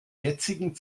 jetzigen